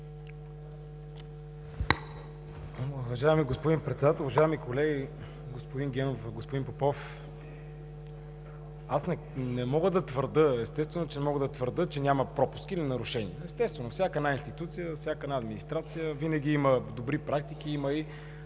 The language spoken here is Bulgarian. Уважаеми господин Председател, уважаеми колеги, господин Генов, господин Попов! Аз не мога да твърдя, че няма пропуски или нарушения. Естествено, всяка една институция, всяка една администрация винаги има добри практики, има и